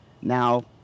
Now